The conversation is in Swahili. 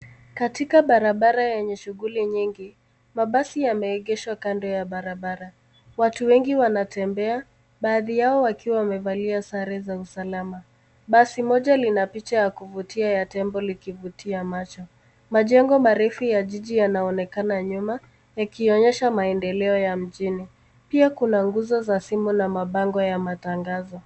Katika barabara yenye shughuli nyingi mabasi yameegeshwa kando ya barabara. Watu wengi wanatembea baadhi yao wakiwa wamevalia sare za usalama. Basi moja lina picha ya kuvutia ya tembo likivutia macho. Majengo marefu ya jiji yanaonekana nyuma yakionyesha maendeleo ya mjini. Pia kuna nguzo za simu na mabango ya matangazo.